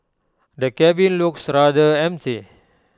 the cabin looks rather empty